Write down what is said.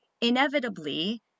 Inevitably